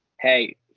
hey